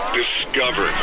discover